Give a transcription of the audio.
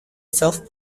self